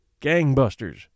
gangbusters